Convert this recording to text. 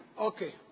Okay